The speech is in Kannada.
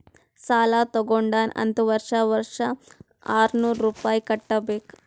ಸಾಲಾ ತಗೊಂಡಾನ್ ಅಂತ್ ವರ್ಷಾ ವರ್ಷಾ ಆರ್ನೂರ್ ರುಪಾಯಿ ಕಟ್ಟಬೇಕ್